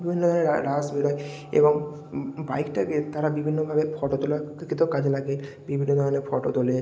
বিভিন্ন ধরনের রাশ বেরোয় এবং বাইকটাকে তারা বিভিন্নভাবে ফটো তোলার ক্ষেত্রেও কাজে লাগে বিভিন্ন ধরনের ফটো তোলে